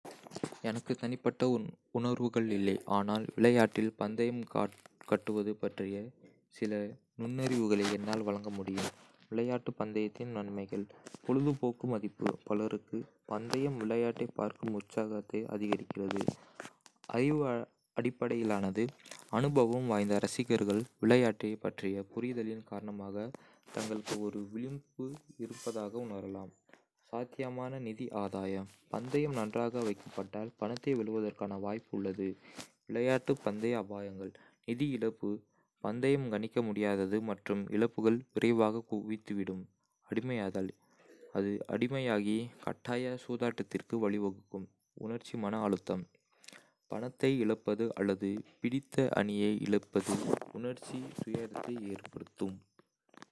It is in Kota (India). எனக்கு தனிப்பட்ட உணர்வுகள் இல்லை, ஆனால் விளையாட்டில் பந்தயம் கட்டுவது பற்றிய சில நுண்ணறிவுகளை என்னால் வழங்க முடியும்: விளையாட்டு பந்தயத்தின் நன்மைகள் பொழுதுபோக்கு மதிப்பு: பலருக்கு, பந்தயம் விளையாட்டைப் பார்க்கும் உற்சாகத்தை அதிகரிக்கிறது. அறிவு அடிப்படையிலானது: அனுபவம் வாய்ந்த ரசிகர்கள் விளையாட்டைப் பற்றிய புரிதலின் காரணமாக தங்களுக்கு ஒரு விளிம்பு இருப்பதாக உணரலாம். சாத்தியமான நிதி ஆதாயம்: பந்தயம் நன்றாக வைக்கப்பட்டால் பணத்தை வெல்வதற்கான வாய்ப்பு உள்ளது. விளையாட்டு பந்தய அபாயங்கள் நிதி இழப்பு: பந்தயம் கணிக்க முடியாதது மற்றும் இழப்புகள் விரைவாக குவிந்துவிடும். அடிமையாதல்: அது அடிமையாகி, கட்டாய சூதாட்டத்திற்கு வழிவகுக்கும். உணர்ச்சி மன அழுத்தம்: பணத்தை இழப்பது அல்லது பிடித்த அணியை இழப்பது உணர்ச்சி துயரத்தை ஏற்படுத்தும்.